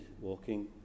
walking